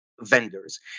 vendors